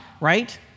right